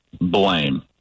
Blame